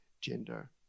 gender